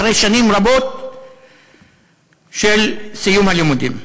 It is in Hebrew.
אחרי שנים רבות מסיום הלימודים.